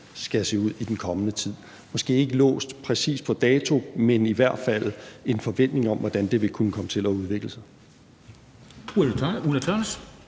skal se ud i den kommende tid, måske ikke låst præcis på dato, men i hvert fald med en forventning om, hvordan det ville kunne komme til at udvikle sig.